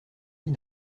mit